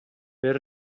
per